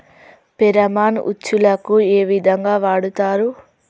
Pheromone ఉచ్చులకు ఏ విధంగా వాడుతరు?